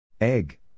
Egg